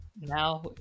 now